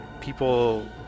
People